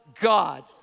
God